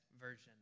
version